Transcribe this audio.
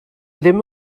ddim